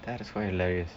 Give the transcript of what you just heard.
that is quite hilarious